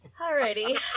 Alrighty